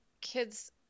kids